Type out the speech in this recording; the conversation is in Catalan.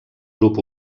grup